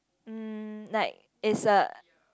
mm like is a